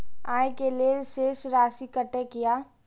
आय के लेल शेष राशि कतेक या?